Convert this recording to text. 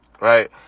right